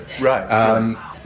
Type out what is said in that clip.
Right